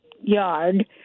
yard